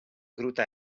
gruta